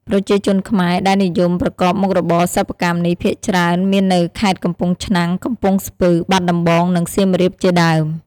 ប្រជាជនខ្មែរដែលនិយមប្រកបមុខរបរសិប្បកម្មនេះភាគច្រើនមាននៅខេត្តកំពង់ឆ្នាំង កំពង់ស្ពឺ បាត់ដំបងនិងសៀមរាបជាដើម។